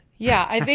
yeah, i think.